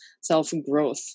self-growth